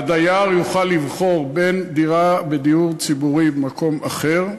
הדייר יוכל לבחור בין דירה בדיור ציבורי במקום אחר,